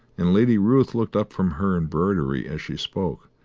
and lady ruth looked up from her embroidery as she spoke,